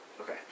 Okay